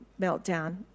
meltdown